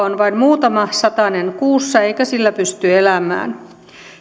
on vain muutama satanen kuussa eikä sillä pysty elämään